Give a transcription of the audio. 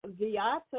Viata